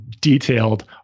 detailed